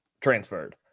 transferred